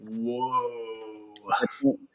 Whoa